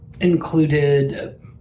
included